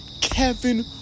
Kevin